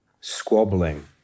squabbling